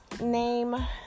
name